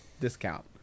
discount